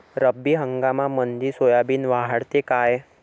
रब्बी हंगामामंदी सोयाबीन वाढते काय?